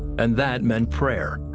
and that meant prayer.